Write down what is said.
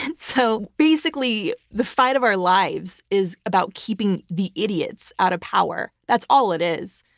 and so basically, the fight of our lives is about keeping the idiots out of power. that's all it is.